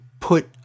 put